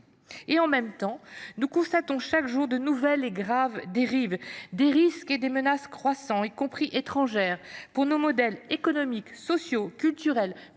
En même temps, nous constatons chaque jour de nouvelles et graves dérives, des risques et des menaces – y compris étrangères croissants pour nos modèles économiques, sociaux, culturels,